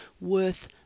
worth